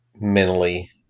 mentally